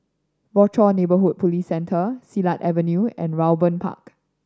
Rochor Neighborhood Police Centre Silat Avenue and Raeburn Park